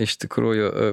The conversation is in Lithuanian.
iš tikrųjų